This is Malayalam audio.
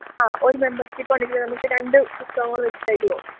ആ ഒരു മെമ്പർഷിപ്പൊണ്ടെങ്കിൽ നമുക്ക് രണ്ട് പുസ്തകങ്ങൾ വെച്ച് തരുമോ